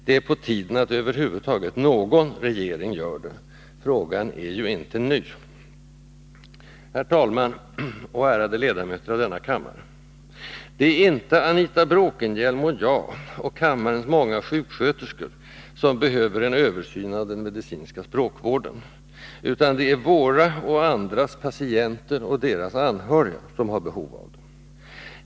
Det är på tiden att över huvud taget någon regering gör det. Frågan är ju inte ny. Herr talman och ärade ledamöter av denna kammare! Det är inte Anita Bråkenhielm och jag och kammarens många sjuksköterskor som behöver en översyn av den medicinska språkvården, utan det är våra — och andras — patienter och deras anhöriga som har behov av det.